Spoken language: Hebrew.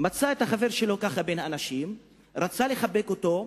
ומצא את החבר שלו בין אנשים ורצה לחבק אותו,